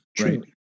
right